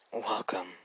Welcome